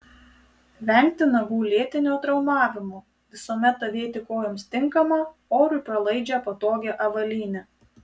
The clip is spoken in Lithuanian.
vengti nagų lėtinio traumavimo visuomet avėti kojoms tinkamą orui pralaidžią patogią avalynę